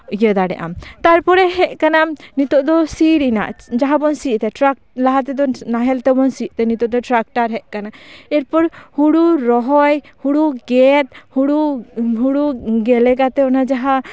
ᱤᱭᱟᱹ ᱫᱟᱲᱮᱜ ᱟᱢ ᱛᱟᱨᱯᱚᱨᱮ ᱦᱮᱡ ᱠᱟᱱᱟᱢ ᱱᱤᱛᱚᱜ ᱫᱚ ᱥᱤ ᱨᱮᱱᱟᱜ ᱡᱟᱦᱟᱸ ᱵᱚᱱ ᱥᱤᱭᱮᱜ ᱛᱟᱦᱮᱸᱜ ᱴᱨᱟᱠ ᱞᱟᱦᱟ ᱛᱮᱫᱚ ᱱᱟᱦᱮᱞ ᱛᱮᱵᱚᱱ ᱥᱤᱭᱮᱜ ᱛᱟᱦᱮᱱ ᱱᱤᱛᱚᱜ ᱫᱚ ᱴᱨᱟᱠᱴᱟᱨ ᱦᱮᱡ ᱠᱟᱱᱟ ᱮᱨᱯᱚᱨ ᱦᱳᱲᱳ ᱨᱚᱦᱚᱭ ᱦᱳᱲᱳ ᱜᱮᱛ ᱦᱳᱲᱳ ᱜᱮᱞᱮ ᱠᱟᱛᱮᱜ ᱚᱱᱟ ᱡᱟᱦᱟᱸ